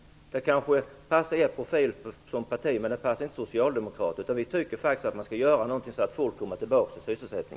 Det kanske passar er profil, men det passar inte socialdemokraterna. Vi tycker faktiskt att man skall göra någonting så att folk kommer tillbaka i sysselsättning.